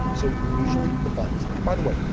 so usually, the buttons. and by the way,